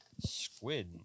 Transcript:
squid